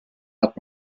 hat